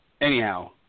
anyhow